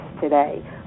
today